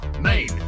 Main